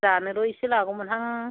जानोल' इसे लागौमोनहां